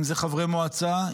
אם זה חברי מועצה,